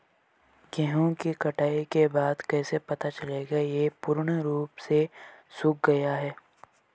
गेहूँ की कटाई के बाद कैसे पता चलेगा ये पूर्ण रूप से सूख गए हैं?